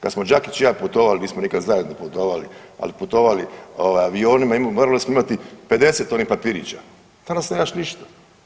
Kad smo Đakić i ja putovali, nismo nikad zajedno putovali, ali putovali avionima morali smo imati 50 onih papirića, danas nemaš ništa.